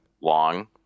Long